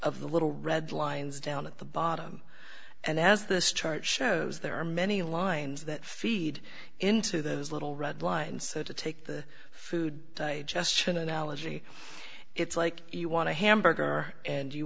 of the little red lines down at the bottom and as this chart shows there are many lines that feed into the little red line so to take the food just an analogy it's like you want to hamburger and you